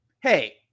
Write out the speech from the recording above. hey